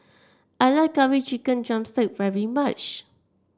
I like Curry Chicken drumstick very much